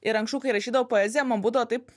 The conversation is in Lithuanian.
ir anksčiau kai rašydavau poeziją man būdavo taip